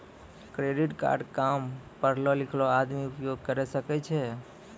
Credit card काम पढलो लिखलो आदमी उपयोग करे सकय छै?